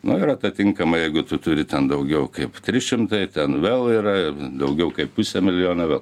nu yra ta tinkama jeigu tu turi ten daugiau kaip trys šimtai ten vėl yra daugiau kaip pusę milijono